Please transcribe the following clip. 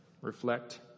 reflect